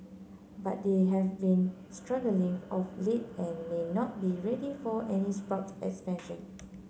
but they have been struggling of late and may not be ready for any spurt expansion